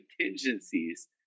contingencies